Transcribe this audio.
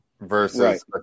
versus